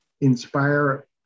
inspire